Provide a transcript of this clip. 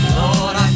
Lord